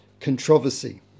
controversy